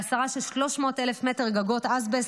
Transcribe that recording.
בהסרה של 300 מ"ר גגות אסבסט,